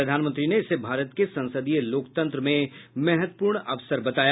प्रधानमंत्री ने इसे भारत के संसदीय लोकतंत्र में महत्वपूर्ण अवसर बताया